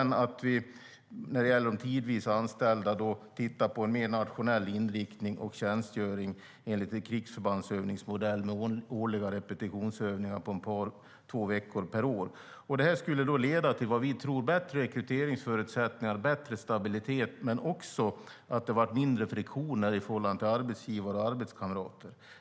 När det gäller de tidvis anställda har vi föreslagit att man tittar på en mer nationell inriktning och tjänstgöring enligt en krigsförbandsövningsmodell med repetitionsövningar på två veckor per år. Det här skulle leda till, vad vi tror, bättre rekryteringsförutsättningar och bättre stabilitet men också mindre friktion i förhållande till arbetsgivare och arbetskamrater.